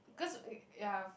cause y~ ya